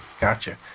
Gotcha